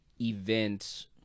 event